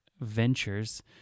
ventures